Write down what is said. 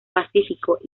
pacífico